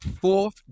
Fourth